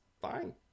fine